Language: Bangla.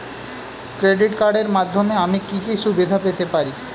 ক্রেডিট কার্ডের মাধ্যমে আমি কি কি সুবিধা পেতে পারি?